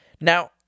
Now